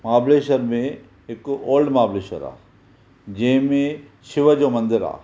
महाबलेश्वर में हिकु ओल्ड महाबलेश्वर आहे जंहिंमें शिव जो मंदिर आहे